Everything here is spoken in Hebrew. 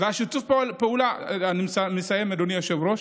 אני מסיים, אדוני היושב-ראש.